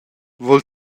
vul